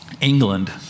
England